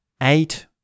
eight